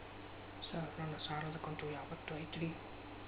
Sir ನನ್ನ ಸಾಲದ ಕಂತು ಯಾವತ್ತೂ ಐತ್ರಿ?